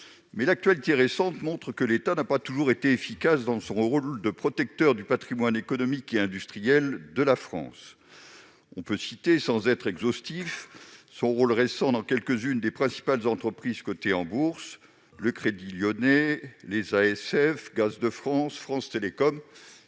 L'actualité récente montre cependant que l'État n'a pas toujours été efficace dans son rôle de protecteur du patrimoine économique et industriel de la France. On peut citer, sans être exhaustif, son rôle récent dans la cession de quelques-unes des principales entreprises cotées en Bourse : le Crédit lyonnais, les Autoroutes du Sud de la France (ASF),